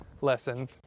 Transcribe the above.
lesson